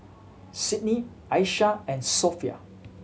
Sidney Asha and Sophia